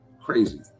crazy